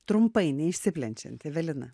trumpai neišsiplečiant evelina